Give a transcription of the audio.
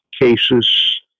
cases